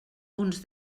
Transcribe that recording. uns